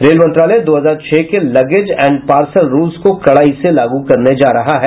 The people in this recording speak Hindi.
रेल मंत्रालय दो हजार छह के लगेज एंड पार्सल रूल्स को कड़ाई से लागू करने जा रही है